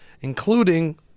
including